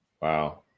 Wow